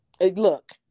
look